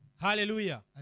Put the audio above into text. Hallelujah